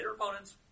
opponents